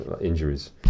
injuries